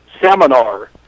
seminar